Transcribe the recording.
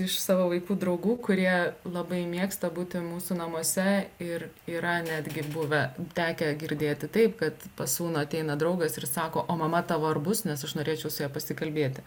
iš savo vaikų draugų kurie labai mėgsta būti mūsų namuose ir yra netgi buvę tekę girdėti taip kad pas sūnų ateina draugas ir sako o mama tavo ar bus nes aš norėčiau su ja pasikalbėti